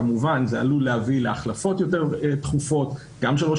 כמובן זה עלול להביא להחלפות יותר תכופות גם של ראש